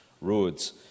roads